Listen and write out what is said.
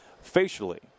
Facially